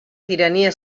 tirania